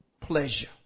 pleasure